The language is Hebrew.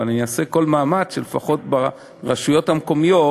אבל אני אעשה כל מאמץ שלפחות ברשויות המקומיות